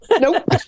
nope